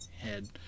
head